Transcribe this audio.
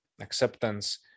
acceptance